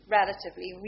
relatively